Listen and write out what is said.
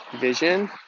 vision